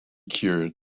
cured